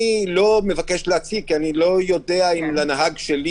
אני לא מבקש להציג כי אני לא יודע אם לנהג שלי